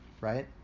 right